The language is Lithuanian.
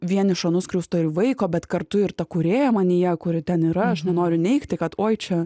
vienišo nuskriausto ir vaiko bet kartu ir ta kūrėja manyje kuri ten yra aš nenoriu neigti kad oi čia